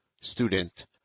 student